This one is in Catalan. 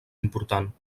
important